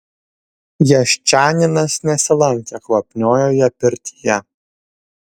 jaščaninas nesilankė kvapniojoje pirtyje